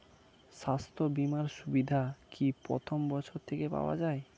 স্বাস্থ্য বীমার সুবিধা কি প্রথম বছর থেকে পাওয়া যায়?